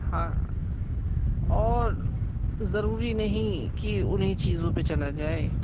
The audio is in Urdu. ہاں اور ضروری نہیں کہ انہیں چیزوں پہ چلا جائے